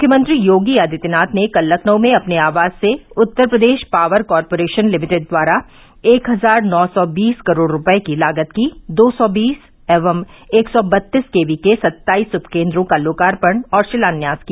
मुख्यमंत्री योगी आदित्यनाथ ने कल लखनऊ में अपने आवास से Uttar Pradesh power corporation limited द्वारा एक हजार नौ सौ बीस करोड़ रूपये की लागत के दो सौ बीस एवं एक सौ बत्तीस के वी के सत्ताइस उपकेन्द्रों का लोकार्पण और शिलान्यास किया